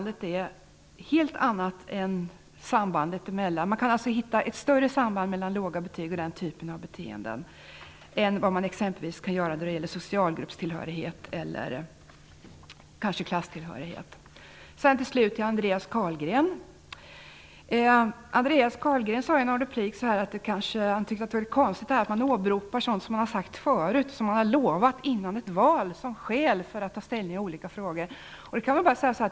Det finns ett större samband mellan låga betyg och den typen av beteenden än vad det t.ex. gör när det gäller socialgrupps eller klasstillhörighet. Andreas Carlgren sade i en replik att han tyckte att det var konstigt att man åberopar sådant som man har sagt tidigare och som man har lovat före ett val som skäl för att ta ställning i olika frågor.